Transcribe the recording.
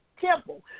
temple